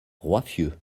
roiffieux